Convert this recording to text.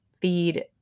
feed